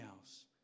else